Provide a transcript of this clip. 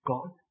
God